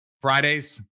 Fridays